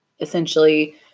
essentially